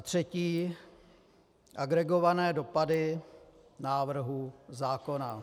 3. Agregované dopady návrhů zákona.